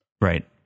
right